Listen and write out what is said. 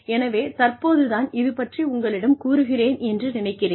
எனவே தற்போது தான் இது பற்றி உங்களிடம் கூறுகிறேன் என்று நினைக்கிறேன்